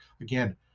again